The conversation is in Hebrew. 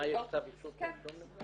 מה, יש צו איסור פרסום נגדה?